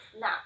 now